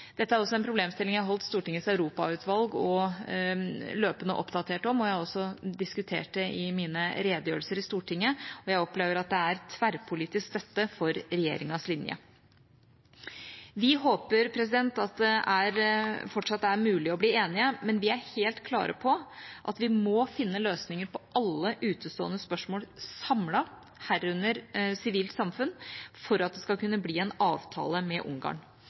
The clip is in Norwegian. Dette er en problemstilling jeg har holdt Stortingets europautvalg løpende oppdatert om. Jeg har også diskutert det i mine redegjørelser i Stortinget, og jeg opplever at det er tverrpolitisk støtte for regjeringas linje. Vi håper at det fortsatt er mulig å bli enige, men vi er helt klare på at vi må finne løsninger på alle utestående spørsmål samlet, herunder for sivilt samfunn, for at det skal kunne bli en avtale med Ungarn.